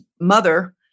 mother